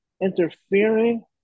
interfering